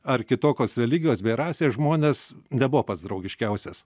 ar kitokios religijos bei rasės žmones nebuvo pats draugiškiausias